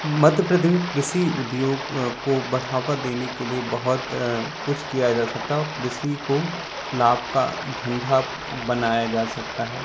मध्य प्रदेश कृषि उद्योग को बढ़ावा देने के लिए बहुत कुछ किया जा सकता है और कृषि को लाभ का धंधा बनाया जा सकता है